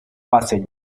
passage